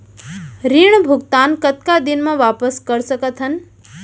ऋण भुगतान कतका दिन म वापस कर सकथन?